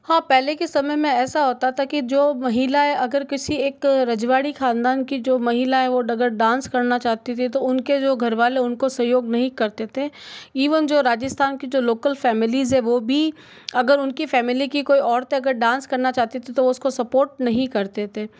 हाँ पहले के समय में ऐसा होता था कि जो महिलायें अगर किसी एक रजवाड़ी खानदान कि जो महिलाए डांस करना चाहती थी तो उनके जो घर वाले उनको सहयोग नहीं करते थे ईवन जो राजस्थान कि जो लोकल फैमिलीस है वो भी अगर उनकी फैमिली की कोई औरत अगर डांस करना चाहती थी तो उसको सपोर्ट नहीं करते थे